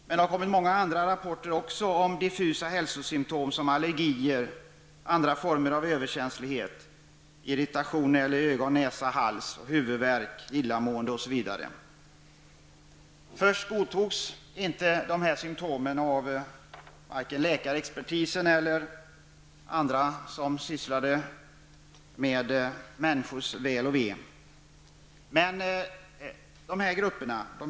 Men det har också kommit många rapporter om diffusa hälsosymtom -- såsom allergier och andra former av överkänslighet, irritationer när det gäller ögon, näsa och hals, huvudvärk, illamående osv. Till en början godtogs de här symtomen varken av läkarexpertisen eller av andra som sysslat med sådant som har betydelse för människors väl och ve.